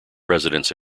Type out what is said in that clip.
residence